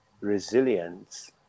resilience